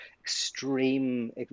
extreme